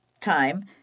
time